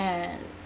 and